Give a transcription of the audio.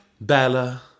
Bella